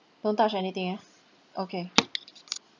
don't touch anything yeah okay